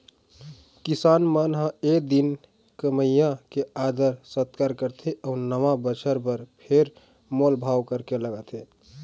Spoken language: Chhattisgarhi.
किसान मन ए दिन कमइया के आदर सत्कार करथे अउ नवा बछर बर फेर मोल भाव करके लगाथे